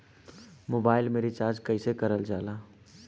Mobile में recharge कइसे करल जाला?